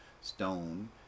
stone